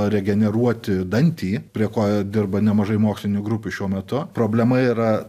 regeneruoti dantį prie ko dirba nemažai mokslinių grupių šiuo metu problema yra